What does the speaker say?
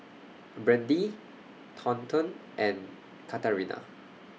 Brandee Thornton and Katarina